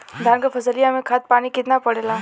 धान क फसलिया मे खाद पानी कितना पड़े ला?